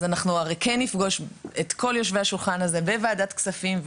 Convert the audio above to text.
אז אנחנו הרי כן נפגוש את כל יושבי השולחן הזה בוועדת כספים,